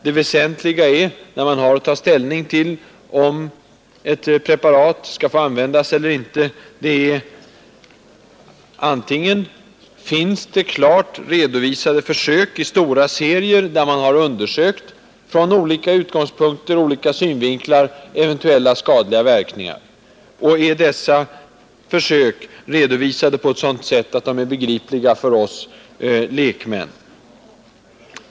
Det väsentliga, när man har att ta ställning till om ett preparat skall få användas eller inte, är: Finns det klart redovisade försök, i tillräckligt stora serier, där man från olika utgångspunkter och ur olika synvinklar har undersökt eventuella skadliga verkningar, och är dessa försök redovisade på ett sådant sätt att de är begripliga för oss lekmän?